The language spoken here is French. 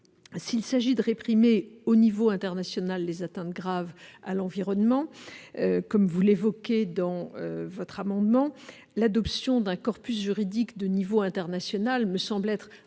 s'il s'agit de réprimer au niveau international les atteintes graves à l'environnement, comme vous l'évoquez dans l'objet de votre amendement, l'adoption d'un corpus juridique de niveau international me semble être un